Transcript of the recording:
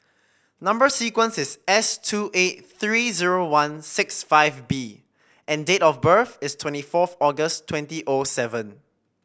number sequence is S two eight three zero one six five B and date of birth is twenty fourth August twenty O seven